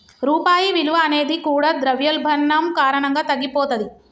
రూపాయి విలువ అనేది కూడా ద్రవ్యోల్బణం కారణంగా తగ్గిపోతది